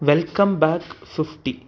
welcome back fifty